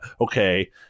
okay